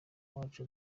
wacu